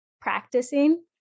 practicing